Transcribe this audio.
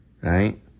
right